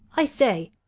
i say!